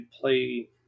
play